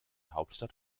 hauptstadt